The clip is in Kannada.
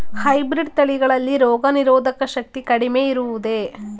ಹೈಬ್ರೀಡ್ ತಳಿಗಳಲ್ಲಿ ರೋಗನಿರೋಧಕ ಶಕ್ತಿ ಕಡಿಮೆ ಇರುವುದೇ?